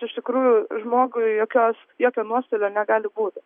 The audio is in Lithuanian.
iš tikrųjų žmogui jokios jokio nuostolio negali būti